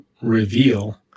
reveal